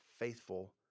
faithful